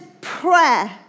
prayer